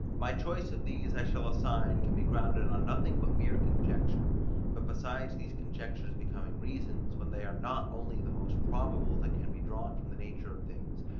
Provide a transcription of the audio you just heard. my choice of these i shall assign can be grounded on nothing but mere conjecture but besides these conjectures becoming reasons, when they are not only the most probable that can be drawn from the nature of things,